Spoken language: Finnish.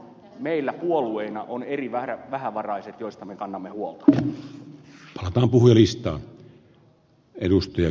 meillä puolueena on eri vähävaraiset joista me kannamme huolta halpapuheliista edustaja